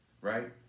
Right